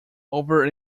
over